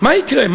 מה יקרה,